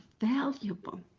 valuable